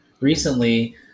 recently